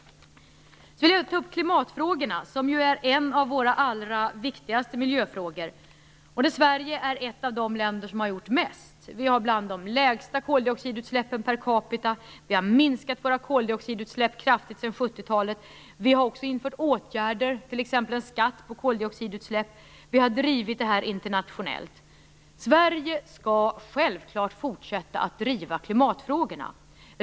Jag vill också ta upp klimatfrågan, som ju är en av våra allra viktigaste miljöfrågor. Sverige är ett av de länder som har gjort mest. Vi har bland de lägsta koldioxidutsläppen per capita, vi har minskat våra koldioxidutsläpp kraftigt sedan 1970-talet, vi har infört åtgärder, t.ex. en skatt på koldioxidutsläpp, och vi har drivit denna fråga internationellt. Sverige skall självklart fortsätta driva klimatfrågorna.